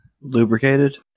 Lubricated